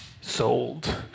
Sold